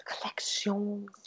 collection